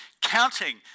counting